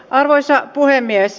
arvoisa puhemies